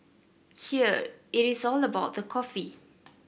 here it is all about the coffee